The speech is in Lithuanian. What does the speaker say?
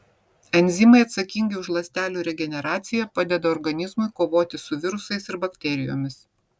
enzimai atsakingi už ląstelių regeneraciją padeda organizmui kovoti su virusais ir bakterijomis